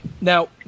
Now